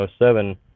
107